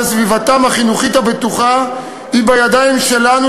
סביבתם החינוכית הבטוחה היא בידיים שלנו,